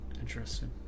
Interesting